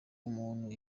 umuntu